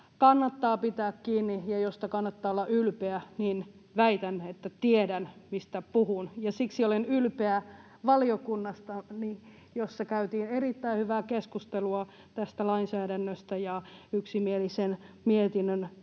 kannattaa pitää kiinni ja mistä kannattaa olla ylpeä, niin väitän, että tiedän, mistä puhun. Siksi olen ylpeä valiokunnastani, jossa käytiin erittäin hyvää keskustelua tästä lainsäädännöstä ja yksimielisen mietinnön